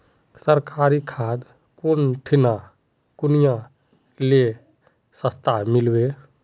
सरकारी खाद कौन ठिना कुनियाँ ले सस्ता मीलवे?